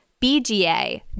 BGA